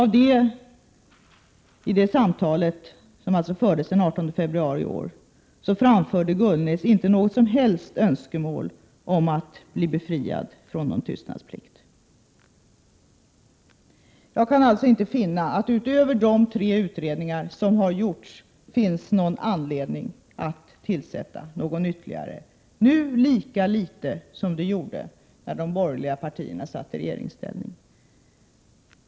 Vid detta samtal den 18 februari framförde Gullnäs inte något som helst önskemål om att bli befriad från tystnadsplikten. Jag kan alltså inte finna att det utöver de tre utredningar som har gjorts finns någon anledning att tillsätta en ytterligare utredning, nu lika litet som när de borgerliga partierna var i regeringsställning.